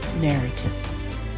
narrative